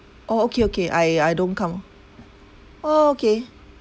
orh okay okay I I don't count orh okay